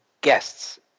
guests